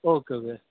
okay okay